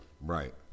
Right